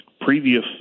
previous